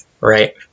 right